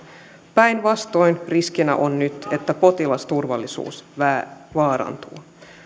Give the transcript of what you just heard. päinvastoin riskinä on nyt että potilasturvallisuus vaarantuu